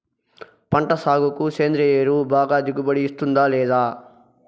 పంట సాగుకు సేంద్రియ ఎరువు బాగా దిగుబడి ఇస్తుందా లేదా